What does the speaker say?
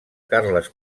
carles